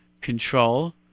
control